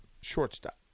shortstop